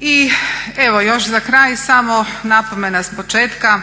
I evo još za kraj samo napomena s početka.